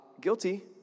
Guilty